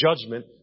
judgment